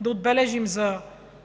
Да отбележим за